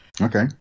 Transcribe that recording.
Okay